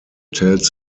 tells